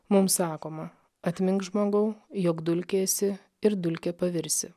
mums sakoma atmink žmogau jog dulkė esi ir dulke pavirsi